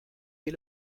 dès